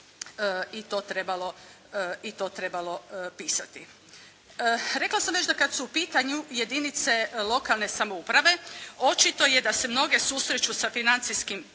i to trebalo pisati. Rekla sam već da kad su u pitanju jedinice lokalne samouprave očito je da se mnoge susreću sa financijskim